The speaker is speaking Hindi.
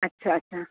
अच्छा अच्छा